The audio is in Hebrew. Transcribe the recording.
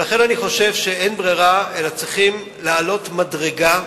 לכן אני חושב שאין ברירה, וצריכים לעלות מדרגה,